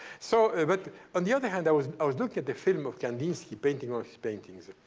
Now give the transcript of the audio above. so ah but on the other hand, i was i was looking at the film of kandinsky painting on his paintings.